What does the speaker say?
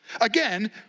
Again